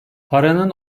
paranın